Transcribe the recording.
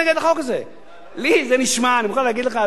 אני מוכרח להגיד לך, אדוני היושב-ראש, אני תמה,